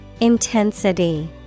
Intensity